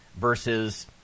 versus